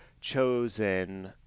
chosen